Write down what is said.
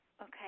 Okay